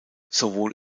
sowohl